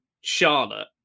Charlotte